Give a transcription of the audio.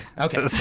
Okay